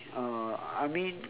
uh I mean